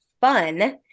fun